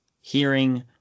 hearing